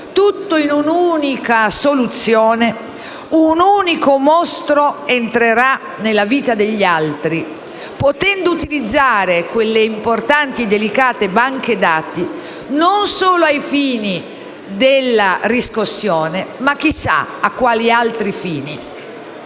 in un'unica soluzione, un unico mostro entrerà nella loro vita, potendo utilizzare quelle importanti e delicate banche dati non solo ai fini della riscossione ma chissà a quali altri.